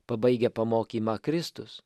pabaigia pamokymą kristus